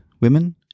women